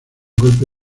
golpe